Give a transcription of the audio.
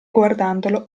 guardandolo